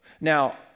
Now